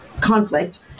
conflict